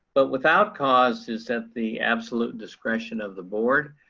but without cause is at the absolute discretion of the board.